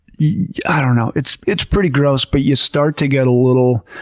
you know it's it's pretty gross, but you start to get a little,